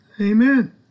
Amen